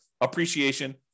appreciation